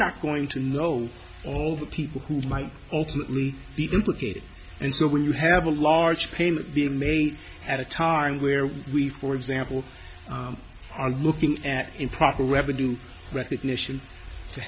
not going to know all the people who might ultimately be implicated and so when you have a large payment be made at a time where we for example are looking at improper revenue recognition to